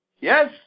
Yes